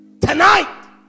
Tonight